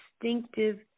distinctive